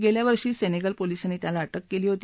गेल्यावर्षी सेनेगल पोलिसांनी त्याला अटक केली होती